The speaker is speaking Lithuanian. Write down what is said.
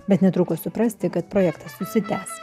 bet netruko suprasti kad projektas užsitęs